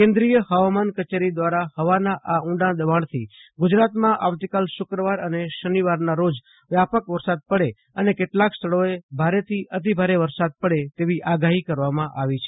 કેન્દ્રીય હવામાન કચેરી દ્વારા આ હવાના ઊંડા દબાજ્ઞથી ગુજરાતમાં આગામી શુક્રવાર અને શનિવારના રોજ વ્યાપક વરસાદ પડે અને કેટલાંક સ્થળોએ ભારેથી અતિ ભારે વરસાદ પડે તેવી આગાહી કરવામાં આવી છે